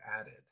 added